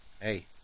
hey